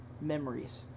memories